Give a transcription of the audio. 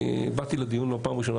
אני באתי לדיון לא פעם ראשונה,